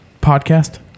podcast